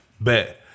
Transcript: bet